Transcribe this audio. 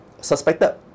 suspected